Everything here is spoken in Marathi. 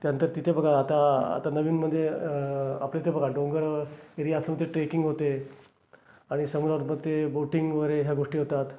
त्यानंतर तिथे बघा आता आता नवीनमध्ये आपल्या इथे बघा डोंगर एरिया असेल तर ट्रेकिंग होते आणि समुद्रात मग ते बोटिंग वगैरे ह्या गोष्टी होतात